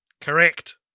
Correct